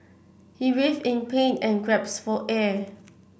he writhed in pain and gasped for air